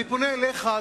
אני פונה אליך,